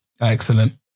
Excellent